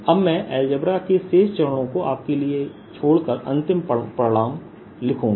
अब मैं अलजेब्रा के शेष चरणों को आपके लिए छोड़ कर अंतिम परिणाम लिखूंगा